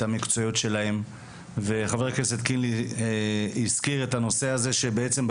את המקצועיות שלהם וחבר הכנסת קינלי הזכיר את הנושא הזה שבעצם,